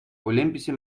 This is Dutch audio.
olympische